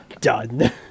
done